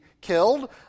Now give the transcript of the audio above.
killed